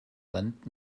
wand